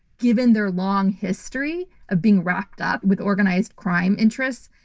given their long history of being wrapped up with organized crime interests,